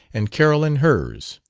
and carolyn hers.